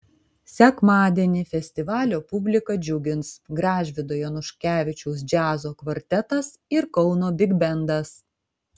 sekmadienį festivalio publiką džiugins gražvydo januškevičiaus džiazo kvartetas ir kauno bigbendas